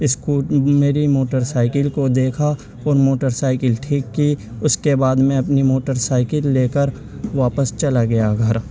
اسکو میری موٹرسائیکل کو دیکھا اور موٹرسائیکل ٹھیک کی اس کے بعد میں اپنی موٹرسائیکل لے کر واپس چلا گیا گھر